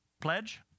pledge